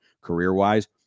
career-wise